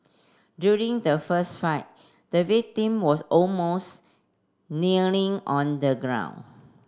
during the fist fight the victim was almost kneeling on the ground